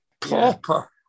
Pauper